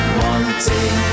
wanting